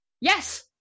yes